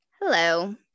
Hello